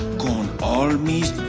con all mis